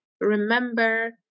remember